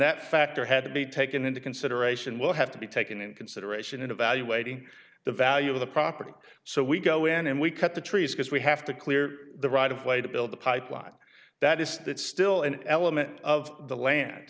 that factor had to be taken into consideration will have to be taken in consideration in evaluating the value of the property so we go in and we cut the trees because we have to clear the right of way to build the pipeline that is that still an element of the land